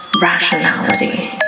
rationality